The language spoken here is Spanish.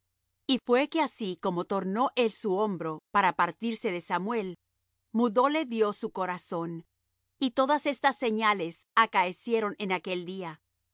y fué que así como tornó él su hombro para partirse de samuel mudóle dios su corazón y todas estas señales acaecieron en aquel día